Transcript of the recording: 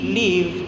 live